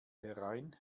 herein